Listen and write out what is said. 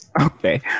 Okay